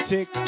Tick